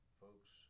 folks